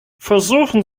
versuchen